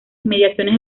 inmediaciones